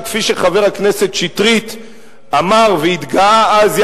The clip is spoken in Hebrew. שכפי שחבר הכנסת שטרית אמר והתגאה אז,